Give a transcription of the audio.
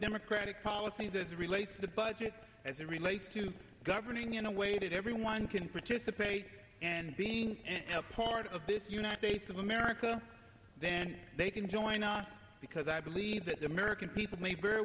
democratic policy that relates to the budget as it relates to governing in a way that everyone can participate and be a part of this united states of america then they can join on because i believe that the american people may very